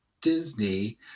Disney